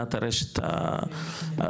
מבחינת הרשת החברתית.